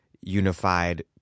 unified